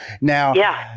Now